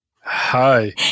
Hi